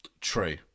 True